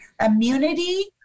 immunity